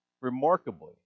Remarkably